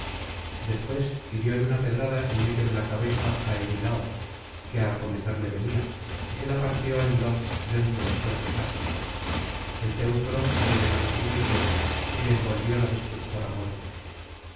después hirió de una pedrada en medio de la cabeza á erilao que á acometerle venía y se la partió en dos dentro del fuerte casco el teucro dio de manos en el suelo y le envolvió la destructora muerte